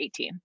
18